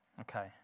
Okay